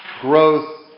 growth